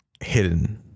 hidden